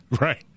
Right